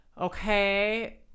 okay